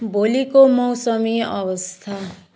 भोलिको मौसमी अवस्था